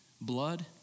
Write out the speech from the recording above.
blood